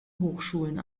hochschulen